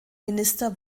minister